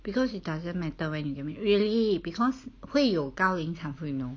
because it doesn't matter when you get ma~ really because 会有高龄产妇 you know